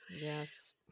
Yes